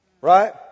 Right